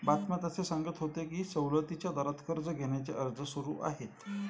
बातम्यात असे सांगत होते की सवलतीच्या दरात कर्ज घेण्याचे अर्ज सुरू आहेत